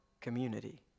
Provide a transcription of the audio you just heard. community